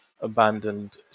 abandoned